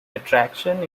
attraction